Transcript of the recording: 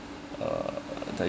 uh